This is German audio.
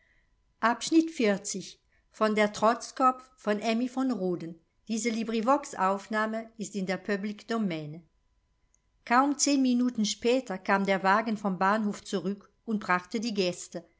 einen besonderen glanz kaum zehn minuten später kam der wagen vom bahnhof zurück und brachte die gäste